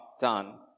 done